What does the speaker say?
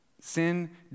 Sin